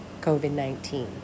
COVID-19